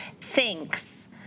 thinks